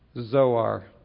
Zoar